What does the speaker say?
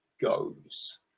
goes